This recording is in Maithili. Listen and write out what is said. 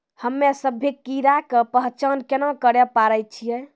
हम्मे सभ्भे कीड़ा के पहचान केना करे पाड़ै छियै?